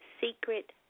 secret